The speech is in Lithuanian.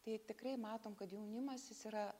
tai tikrai matom kad jaunimas jis yra